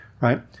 right